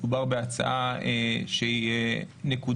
מדובר בהצעה נקודתית